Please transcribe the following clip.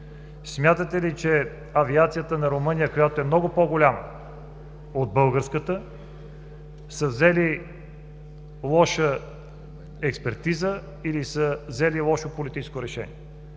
Смятате ли, че авиацията на Румъния, която е много по-голяма от българската, са взели лоша експертиза или са взели лошо политическо решение?